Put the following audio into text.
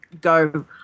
go